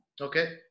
Okay